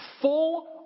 Full